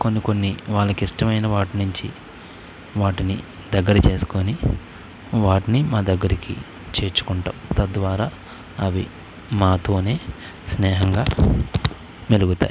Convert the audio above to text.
కొన్ని కొన్ని వాళ్ళకు ఇష్టమైన వాటి నుంచి వాటిని దగ్గర చేసుకొని వాటిని మా దగ్గరకి చేర్చుకుంటాము తద్వారా అవి మాతోనే స్నేహముగా మెలుగుతాయి